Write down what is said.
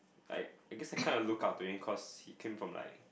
like I guess I kind of look up to him cause he came from like